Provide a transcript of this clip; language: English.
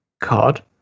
card